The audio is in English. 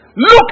Look